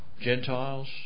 Gentiles